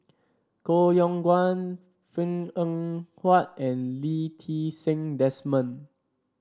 Koh Yong Guan Png Eng Huat and Lee Ti Seng Desmond